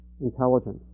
intelligence